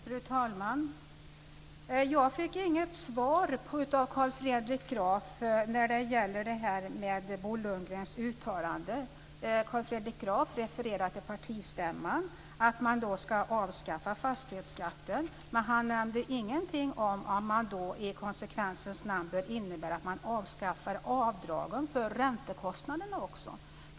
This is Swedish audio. Fru talman! Jag fick inget svar av Carl Fredrik Graf när det gäller Bo Lundgrens uttalande. Carl Fredrik Graf refererar till partistämman och säger att man vill avskaffa fastighetsskatten. Men han nämnde ingenting om att det i konsekvensens namn bör innebära att man då också avskaffar avdragen för räntekostnaderna.